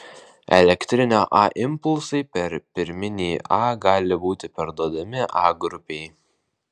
elektrinio a impulsai per pirminį a gali būti perduodami a grupei